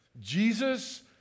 Jesus